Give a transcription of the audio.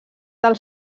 del